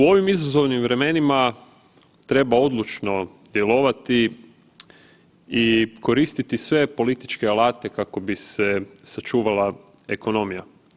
U ovim izazovnim vremenima treba odlučno djelovati i koristiti sve političke alate kako bi se sačuvala ekonomija.